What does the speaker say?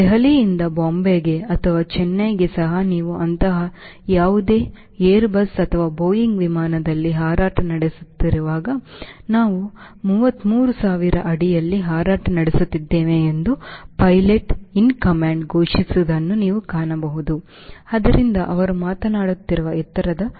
ದೆಹಲಿಯಿಂದ ಬಾಂಬೆಗೆ ಅಥವಾ ಚೆನ್ನೈಗೆ ಸಹ ನೀವು ಅಂತಹ ಯಾವುದೇ ಏರ್ಬಸ್ ಅಥವಾ ಬೋಯಿಂಗ್ ವಿಮಾನದಲ್ಲಿ ಹಾರಾಟ ನಡೆಸುತ್ತಿರುವಾಗ ನಾವು 33000 ಅಡಿಯಲ್ಲಿ ಹಾರಾಟ ನಡೆಸುತ್ತಿದ್ದೇವೆ ಎಂದು ಪೈಲಟ್ ಇನ್ ಕಮಾಂಡ್ ಘೋಷಿಸುವುದನ್ನು ನೀವು ಕಾಣಬಹುದು ಆದ್ದರಿಂದ ಅವರು ಮಾತನಾಡುತ್ತಿರುವ ಎತ್ತರದ ಬಗ್ಗೆ